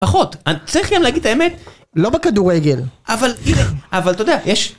פחות, אני צריך גם להגיד את האמת. לא בכדורגל אבל, אבל אתה יודע, יש